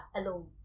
alone